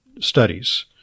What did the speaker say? studies